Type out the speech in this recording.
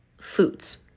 foods